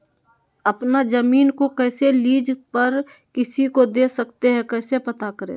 अपना जमीन को कैसे लीज पर किसी को दे सकते है कैसे पता करें?